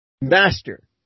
master